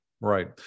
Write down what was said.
Right